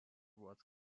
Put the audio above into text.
was